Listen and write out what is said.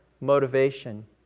motivation